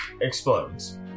explodes